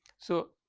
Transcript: so,